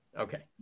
okay